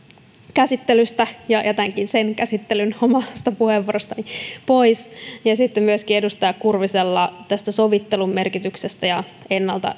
käsittelystä ja jätänkin sen käsittelyn omasta puheenvuorostani pois ja ja sitten myöskin kiitän edustaja kurvista sovittelun merkityksen ja ennalta